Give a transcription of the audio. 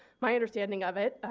my understanding of it,